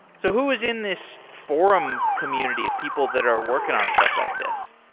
so who is in this forum community of people that are working on stuff like this?